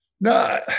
No